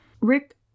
Rick